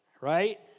right